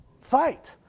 fight